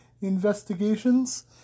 Investigations